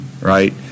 right